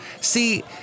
See